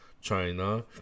China